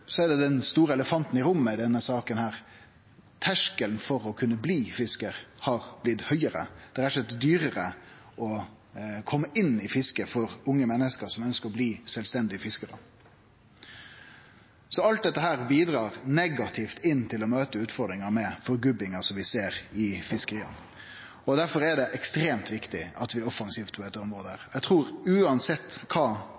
den store elefanten i rommet i denne saka: Terskelen for å kunne bli fiskar har blitt høgare. Det er rett og slett dyrare å kome inn i fisket for unge menneske som ønskjer å bli sjølvstendige fiskarar. Så alt dette bidreg negativt til å møte utfordringa med forgubbinga vi ser i fiskeria. Derfor er det ekstremt viktig at vi er offensive på dette området. Eg trur uansett kva